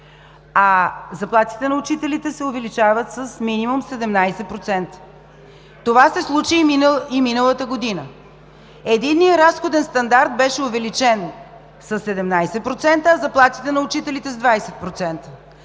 а заплатите на учителите се увеличават с минимум 17%. Това се случи и миналата година. Единият разходен стандарт беше увеличен със 17%, а заплатите на учителите с 20%.